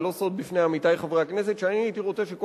ולא סוד בפני עמיתי חברי הכנסת שהייתי רוצה שכל